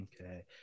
Okay